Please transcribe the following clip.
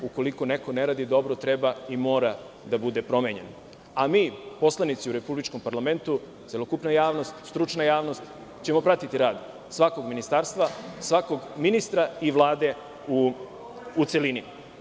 Ukoliko neko ne radi dobro treba i mora da bude promenjen, a mi poslanici u republičkom parlamentu, celokupna javnost, stručna javnost ćemo pratiti rad svakog ministarstva, svakog ministra i Vlade u celini.